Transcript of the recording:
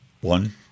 one